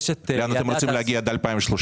לאן אתם רוצים להגיע עד 2030?